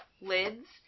lids